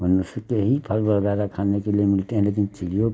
मनुष्य के ही फल द्वारा खाने के लिए मिलते हैं लेकिन चिड़ियों को